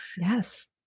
yes